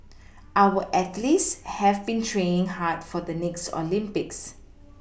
our athletes have been training hard for the next Olympics